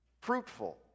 fruitful